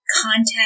contact